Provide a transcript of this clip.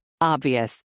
Obvious